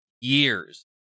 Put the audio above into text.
years